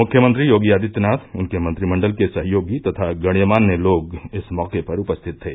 मुख्यमंत्री योगी आदित्यनाथ उनके मंत्रिमण्डल के सहयोगी तथा गण्यमान्य लोग इस मौके पर उपस्थित थे